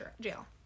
jail